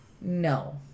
no